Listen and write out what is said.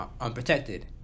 Unprotected